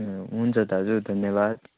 ए हुन्छ दाजु धन्यवाद